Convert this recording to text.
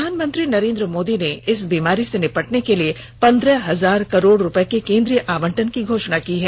प्रधानमंत्री नरेंद्र मोदी ने इस बीमारी से निपटने के लिए पंद्रह हजार करोड़ रुपये के केंद्रीय आवंटन की घोषणा की है